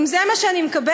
אם זה מה שאני מקבל,